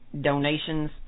Donations